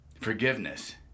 forgiveness